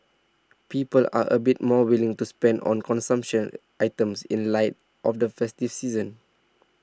people are a bit more willing to spend on consumption items in light of the festive season